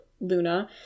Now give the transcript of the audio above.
Luna